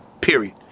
Period